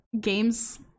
games